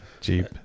jeep